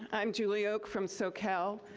i'm julie oak from socal.